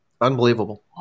Unbelievable